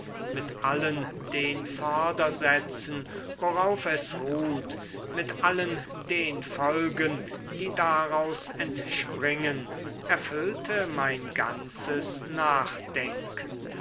mit allen den vordersätzen worauf es ruht mit allen den folgen die daraus entspringen erfüllte mein ganzes nachdenken